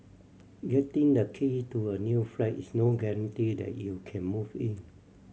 getting the key to a new flat is no guarantee that you can move in